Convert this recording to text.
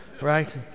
right